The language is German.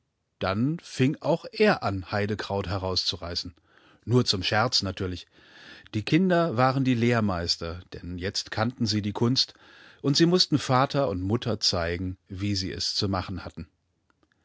dann fing auch er an heidekraut herauszureißen nur zum scherz natürlich die kinder waren die lehrmeister denn jetzt kannten sie die kunst und sie mußten vater und mutterzeigen wiesieeszumachenhatten es